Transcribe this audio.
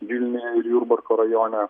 vilniuje ir jurbarko rajone